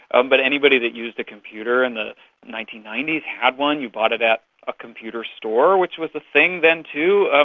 um but anybody that used a computer in the nineteen ninety s had one. you bought it at a computer store, which was a thing then too. ah